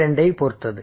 2ஐ பொறுத்தது